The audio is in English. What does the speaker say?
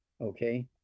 Okay